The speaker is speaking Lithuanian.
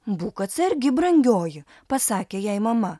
būk atsargi brangioji pasakė jai mama